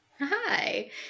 Hi